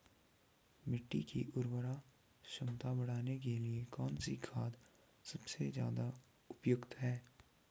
मिट्टी की उर्वरा क्षमता बढ़ाने के लिए कौन सी खाद सबसे ज़्यादा उपयुक्त है?